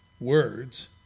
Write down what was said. words